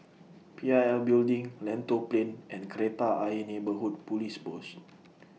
P I L Building Lentor Plain and Kreta Ayer Neighbourhood Police Post